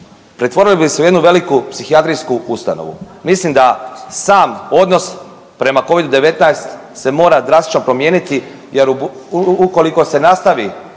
Pretvorili bi se u jednu veliku psihijatrijsku ustanovu. Mislim da sam odnos prema Covidu-19 se mora drastično promijeniti jer ukoliko se nastavi